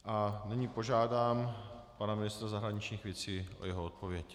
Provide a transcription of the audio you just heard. A nyní požádám pana ministra zahraničních věcí o jeho odpověď.